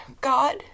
God